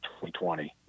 2020